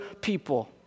people